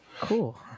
Cool